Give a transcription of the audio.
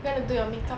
wanna do your makeup